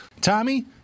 Tommy